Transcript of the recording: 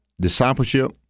discipleship